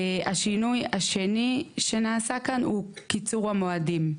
השינוי השני שנעשה כאן הוא קיצור המועדים.